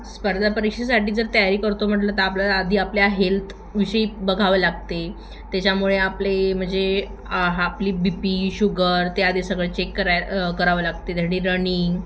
स्पर्धा परीक्षेसाठी जर तयारी करतो म्हटलं तर आपल्याला आधी आपल्या हेल्थविषयी बघावं लागते त्याच्यामुळे आपले म्हणजे आपली बी पी शुगर ते आधी सगळे चेक कराय करावं लागते त्यासाठी रनिंग